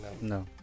no